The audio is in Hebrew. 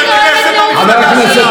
יואל, יואל, יואל.